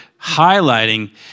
highlighting